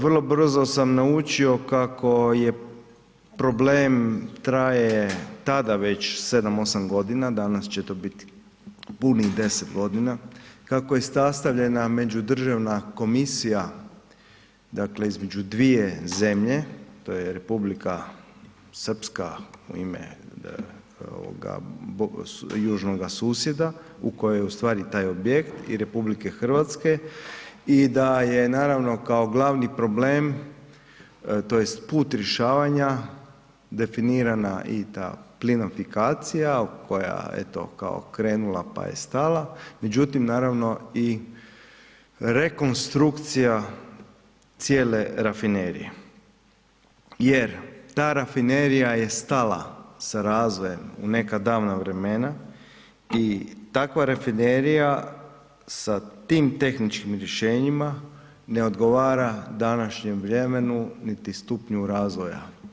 Vrlo brzo sam naučio kako problem traje tada već 7, 8 g., danas će to bit punih 10 g. kako je sastavljena međudržavna komisija dakle između dvije zemlje, to je Republika Srpska u ime južnoga susjeda u kojoj je ustvari taj objekt i RH i da je naravno kao glavno problem tj. put rješavanje definirana i ta plinofikacija koja eto je kao krenula pa je stala međutim, naravno i rekonstrukcija cijele rafinerije jer ta rafinerija je stala sa razvoja u neka davna vremena i takva rafinerija sa tim tehničkim rješenjima, ne odgovara današnjem vremenu niti stupnju razvoja.